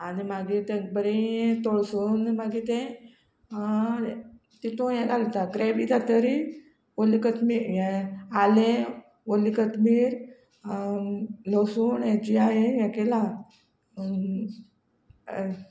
आनी मागीर तेक बरे तोळसून मागीर ते तितूंत हें घालता ग्रेवी जातरी ओली कोथमीर हे आलें ओली कथमीर लसूण हेची हें केलां